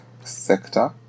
sector